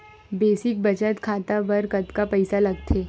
Basic बचत खाता बर कतका पईसा लगथे?